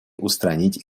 устранить